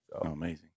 Amazing